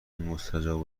مستجاب